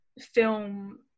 film